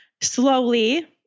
slowly